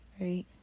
Right